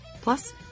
Plus